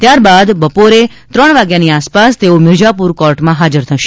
ત્યારબાદ બપોર ત્રણ વાગ્યાની આસપાસ તેઓ મિરઝાપુર કોર્ટમાં હાજર થશે